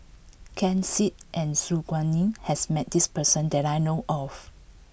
Ken Seet and Su Guaning has met this person that I know of